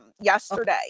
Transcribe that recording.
yesterday